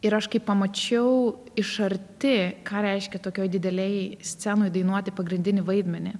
ir aš kai pamačiau iš arti ką reiškia tokioj didelėj scenoj dainuoti pagrindinį vaidmenį